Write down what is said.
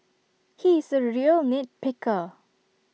he is A real nit picker